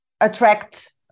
attract